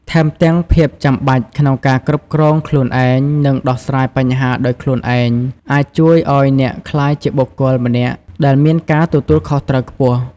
ថែមទាំងភាពចាំបាច់ក្នុងការគ្រប់គ្រងខ្លួនឯង និងដោះស្រាយបញ្ហាដោយខ្លួនឯង អាចជួយឱ្យអ្នកក្លាយជាបុគ្គលម្នាក់ដែលមានការទទួលខុសត្រូវខ្ពស់។